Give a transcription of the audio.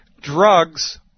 Drugs